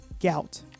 gout